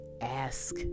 ask